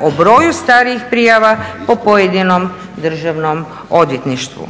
o broju starijih prijava po pojedinom državnom odvjetništvu.